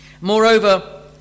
Moreover